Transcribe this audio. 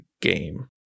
game